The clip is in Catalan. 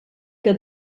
que